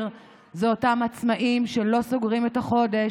זה אותם עצמאים שלא סוגרים את החודש,